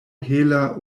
hela